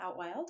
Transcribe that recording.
Outwild